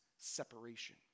separation